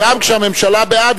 גם כשהממשלה בעד,